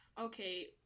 Okay